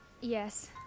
Yes